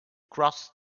crossed